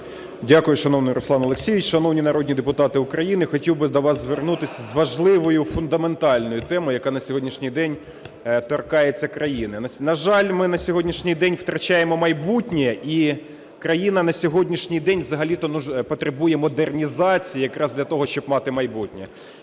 Дякую, шановний Руслан Олексійович. Шановні народні депутати України, хотів би до вас звернутися з важливою, фундаментальною темою, яка на сьогоднішній день торкається країни. На жаль, ми на сьогоднішній день втрачаємо майбутнє, і країна на сьогоднішній день взагалі-то потребує модернізації якраз для того, щоб мати майбутнє.